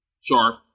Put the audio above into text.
sharp